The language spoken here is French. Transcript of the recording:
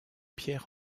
pierre